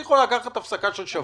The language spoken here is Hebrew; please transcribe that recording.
הממשלה יכולה לקחת הפסקה של שבוע,